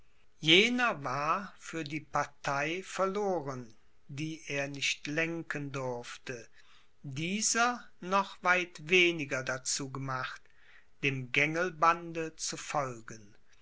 jener war für die partei verloren die er nicht lenken durfte dieser noch weit weniger dazu gemacht dem gängelbande zu folgen